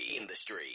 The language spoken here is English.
industry